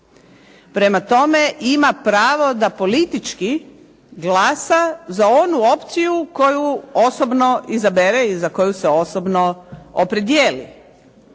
Prema tome, ima pravo da politički glasa za onu opciju koju osobno izabere i za koju se osobno opredijeli.